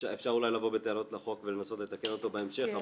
אפשר אולי לבוא בטענות לחוק ולנסות לתקן אותו בהמשך,